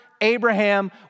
Abraham